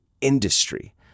industry